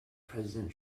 president